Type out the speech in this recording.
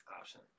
option